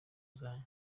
zanyu